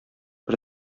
бер